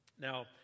Now